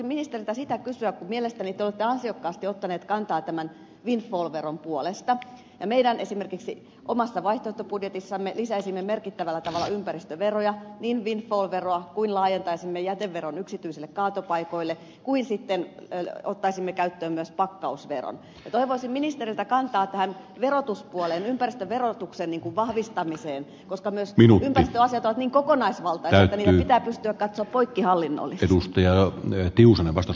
kun olette ministeri mielestäni ansiokkaasti ottanut kantaa windfall veron puolesta ja esimerkiksi meidän vaihtoehtobudjetissamme lisäisimme merkittävällä tavalla ympäristöveroja niin windfall veroa kuin laajentaisimme jäteveron yksityisille kaatopaikoille kuin sitten ottaisimme käyttöön myös pakkausveron toivoisin ministeriltä kantaa tähän verotuspuoleen ympäristöverotuksen vahvistamiseen koska myös ympäristöasiat ovat niin kokonaisvaltaisia että niitä pitää pystyä katsomaan poikkihallinnollisesti